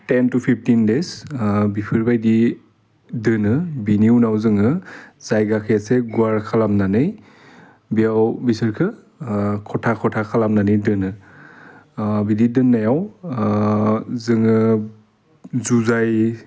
ten to fifteen days बिफोरबायदि दोनो बिनि उनाव जोङो जायगाखौ एसे गुवार खालामनानै बेयाव बिसोरखो खथा खथा खालामनानै दोनो अह बिदि दोन्नायाव जोङो जुजाइ